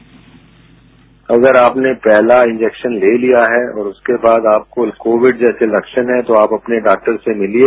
bite अगल अपने पहला इंजेक्शन ले लिया है और उसके बाद आप को कोविड जैसे लक्षण हैं तो आप अपने डॉक्टर से मिलिये